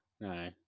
No